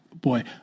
Boy